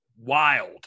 wild